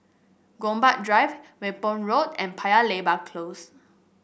Gombak Drive Whampoa Road and Paya Lebar Close